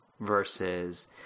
Versus